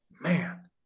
man